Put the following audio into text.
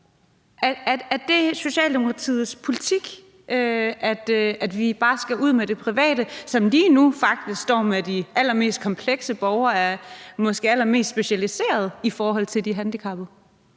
Er det Socialdemokratiets politik, at vi bare skal have det private ud, som lige nu faktisk står med de allermest komplekse borgere, og som måske er allermest specialiserede i forhold til de handicappede?